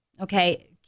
Okay